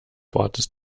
wartest